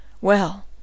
Well